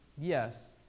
Yes